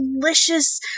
delicious